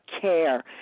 care